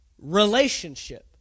Relationship